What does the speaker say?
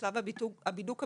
בשלב הבידוק הבטחוני.